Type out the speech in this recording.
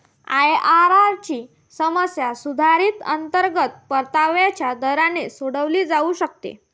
IRR ची समस्या सुधारित अंतर्गत परताव्याच्या दराने सोडवली जाऊ शकते